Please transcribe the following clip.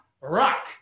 rock